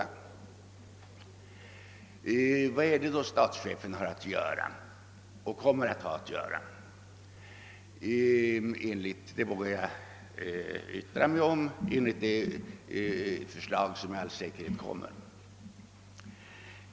Vad är det då som statschefen har att göra och kommer att få att göra?